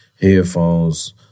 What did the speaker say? headphones